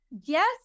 Yes